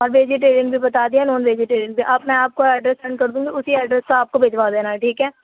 اور ویجیٹیرین بھی بتا دیا نان ویجیٹیرن بھی اب میں آپ کو ایڈریس سینڈ کر دوں گی اُسی ایڈریس پہ آپ کو بھیجوا دینا ہے ٹھیک ہے